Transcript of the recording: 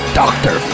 doctor